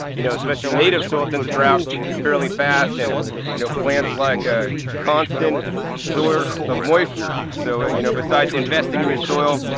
you know especially native soil, tends to dry out fairly fast and you know plants like a constant source of moisture. so you know besides investing in your soil,